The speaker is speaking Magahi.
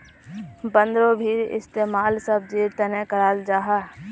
बन्द्गोभीर इस्तेमाल सब्जिर तने कराल जाहा